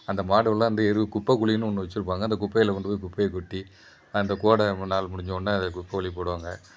அந்த மாடுவெல்லாம் அந்த எருவு குப்பக்குழின்னு ஒன்று வச்சிருப்பாங்க அந்த குப்பையில் கொண்டுபோய் குப்பையை கொட்டி அந்த கோடை நாள் முடிஞ்சோடன்ன அதை குப்பக்குழி போடுவாங்க